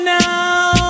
now